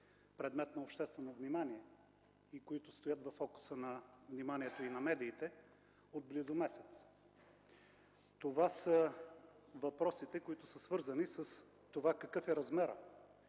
предмет на обществено внимание и които стоят във фокуса на вниманието и на медиите от близо месец. Това са въпросите, свързани с това какъв е размерът